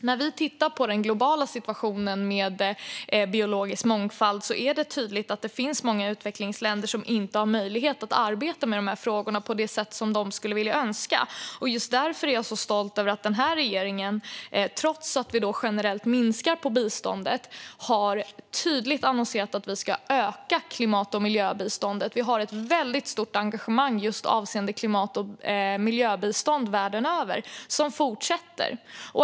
När vi tittar på den globala situationen i fråga om biologisk mångfald är det tydligt att det finns många utvecklingsländer som inte har möjlighet att arbeta med dessa frågor på det sätt som de skulle önska. Just därför är jag stolt över att regeringen, trots att vi generellt minskar på biståndet, tydligt har annonserat att vi ska öka klimat och miljöbiståndet. Vi har ett väldigt stort engagemang just avseende klimat och miljöbistånd världen över som fortsätter.